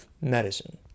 Medicine